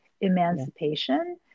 emancipation